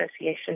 Association